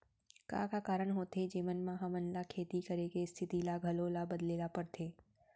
का का कारण होथे जेमन मा हमन ला खेती करे के स्तिथि ला घलो ला बदले ला पड़थे?